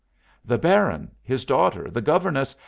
the baron, his daughter, the governess,